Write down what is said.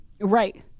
Right